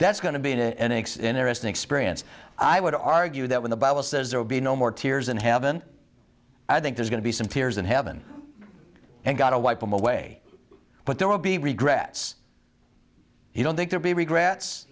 that's going to be an ex interesting experience i would argue that when the bible says there will be no more tears in heaven i think there's going to be some tears in heaven and got to wipe them away but there will be regrets you don't think there be regrets